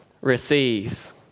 receives